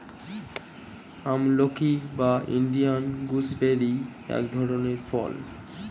আমলকি বা Indian gooseberry এক ধরনের ফল